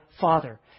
Father